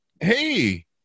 hey